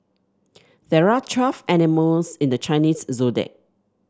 there are twelve animals in the Chinese Zodiac